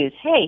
Hey